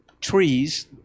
trees